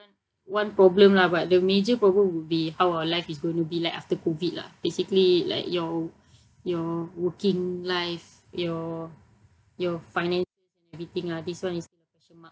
one one problem lah but the major problem would be how our life is going to be like after COVID lah basically like your your working life your your finances and everything lah this one is a question mark mm